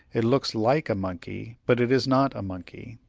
it looks like a monkey, but it is not a monkey.